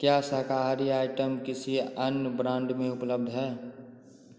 क्या शाकाहारी आइटम किसी अन्य ब्रांड में उपलब्ध है